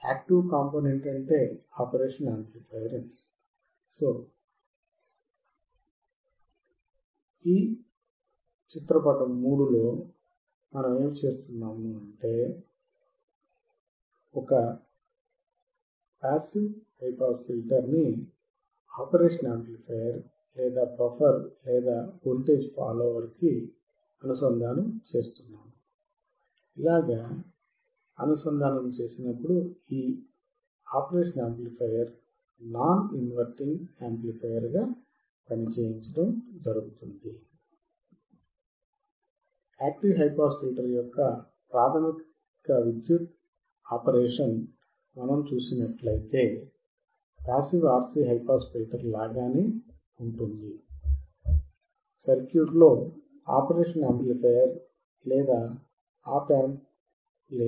active high pass filter యొక్క ప్రాథమిక విద్యుత్ ఆపరేషన్ మనం చూసినట్లయితే పాసివ్ RC హైపాస్ ఫిల్టర్ లాగానే ఉంటుంది సర్క్యూట్లో ఆపరేషనల్ యాంప్లిఫయర్ లేదా ఆప్ ఆంప్ లేదు